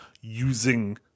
using